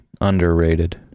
underrated